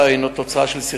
השאר, הוכנס צינור